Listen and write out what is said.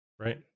right